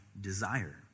desire